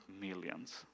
millions